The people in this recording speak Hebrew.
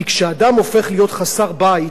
כי כשאדם הופך להיות חסר-בית,